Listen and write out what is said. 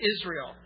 Israel